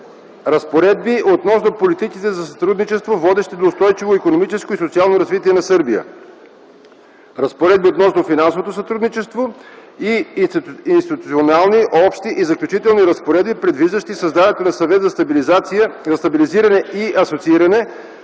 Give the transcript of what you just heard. разпоредби относно политиките за сътрудничество, водещи до устойчиво икономическо и социално развитие на Сърбия; - разпоредби относно финансовото сътрудничество; - институционални, общи и заключителни разпоредби, предвиждащи създаването на Съвет за стабилизиране и асоцииране,